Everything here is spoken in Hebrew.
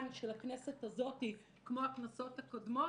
של הכנסת הזאת כמו הכנסות הקודמות.